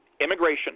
immigration